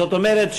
זאת אומרת,